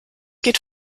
geht